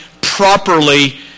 properly